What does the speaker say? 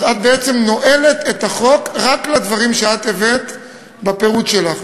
את בעצם נועלת את החוק רק לדברים שהבאת בפירוט שלך.